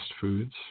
foods